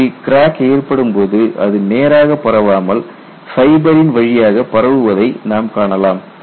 இங்கு கிராக் ஏற்படும்போது அது நேராக பரவாமல் ஃபைபரின் வழியாக பரவுவதை நாம் காணலாம்